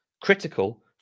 critical